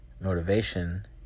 motivation